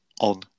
on